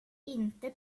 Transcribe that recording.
inte